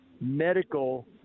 medical